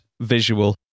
visual